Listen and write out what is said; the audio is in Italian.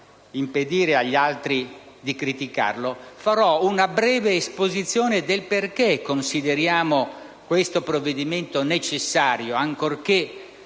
impedire agli altri di criticarlo, farò una breve esposizione del perché consideriamo questo provvedimento necessario, ancorché